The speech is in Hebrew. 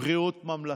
בריאות ממלכתי?